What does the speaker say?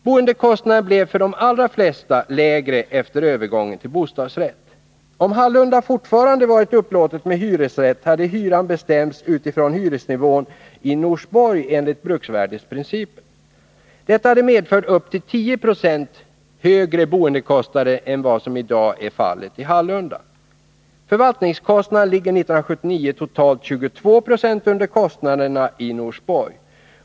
Boendekostnaderna blev för de allra flesta lägre efter övergången till bostadsrätt. Om Hallunda fortfarande varit upplåtet med hyresrätt hade hyran bestämts utifrån hyesnivån i Norsborg enligt bruksvärdesprincipen. Detta hade medfört upp till 10 96 högre boendekostnader än vad som i dag är fallet i Hallunda. Förvaltningskostnaderna ligger 1979 totalt 22 26 under kostnaderna i Norsborg.